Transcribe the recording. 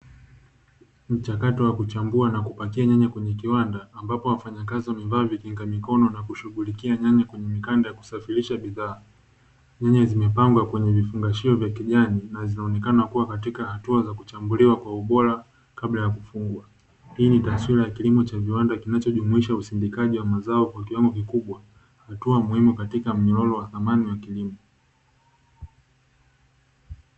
Mchakato wa kuchambua na kupakia nyanya kwenye kiwanda ambapo wafanyakazi hushughulikia nyanya na kusafirisha, bidhaa hizo za nyanya zimepangwa kwenye vifungashio vya kijani na zinaonekana kuwa katika ubora, hii ni taswira ya kilimo cha viwanda kinachojumuisha usindikaji wa mazao kwa kiwango kikubwa hatua muhimu katika mnyororo wa thamani wa kilimo.